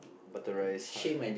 butter rice hon~